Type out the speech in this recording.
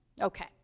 Okay